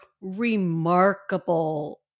remarkable